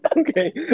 Okay